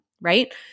right